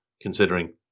considering